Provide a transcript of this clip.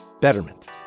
Betterment